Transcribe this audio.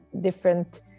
different